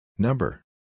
Number